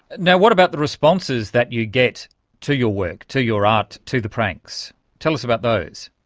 now what about the responses that you get to your work, to your art, to the pranks? tell us about those.